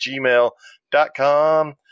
gmail.com